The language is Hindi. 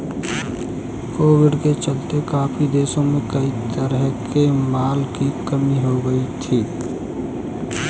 कोविड के चलते काफी देशों में कई तरह के माल की कमी हो गई थी